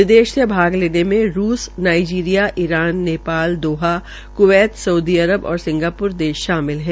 विदेश से भाग लेने में रूस Nigeria Iran Nepal Doha Kuwait Saudi Arab और सिंगाप्र देश शामिल है